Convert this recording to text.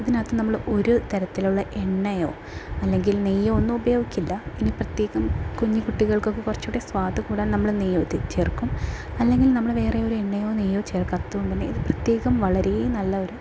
അതിനകത്ത് നമ്മൾ ഒരു തരത്തിലുള്ള എണ്ണയോ അല്ലെങ്കിൽ നെയ്യോ ഒന്നും ഉപയോഗിക്കില്ല ഇനി പ്രത്യേകം കുഞ്ഞ് കുട്ടികൾക്കൊക്കെ കുറച്ചു കൂടി സ്വാദ് കൂടാൻ നമ്മൾ നെയ്യൊക്കെ ചേർക്കും അല്ലങ്കില് നമ്മള് വേറെയൊരു എണ്ണയോ നെയ്യോ ചേർക്കാത്തതു കൊണ്ട് തന്നെ ഇത് പ്രത്യേകം വളരെ നല്ല ഒരു